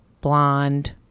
blonde